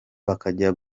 bakajya